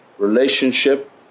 relationship